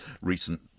recent